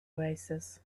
oasis